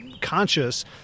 conscious